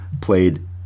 played